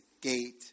gate